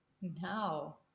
No